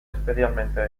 especialmente